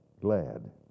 glad